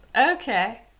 okay